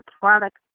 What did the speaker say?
product